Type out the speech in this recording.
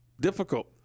difficult